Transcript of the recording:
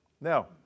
Now